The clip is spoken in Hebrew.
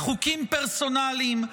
בחוקים פרסונליים,